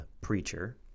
preacher